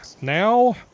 now